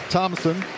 Thompson